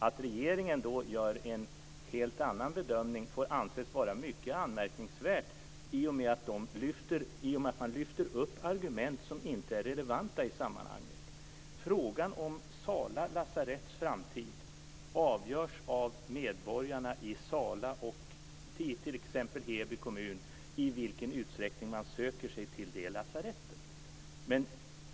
Att regeringen då gör en helt annan bedömning får anses vara mycket anmärkningsvärt i och med att man lyfter upp argument som inte är relevanta i sammanhanget. Frågan om Sala lasaretts framtid avgörs av i vilken utsträckning medborgarna i Sala och t.ex. Heby kommun söker sig till det lasarettet.